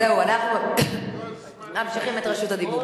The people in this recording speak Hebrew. זהו, אנחנו ממשיכים את רשות הדיבור.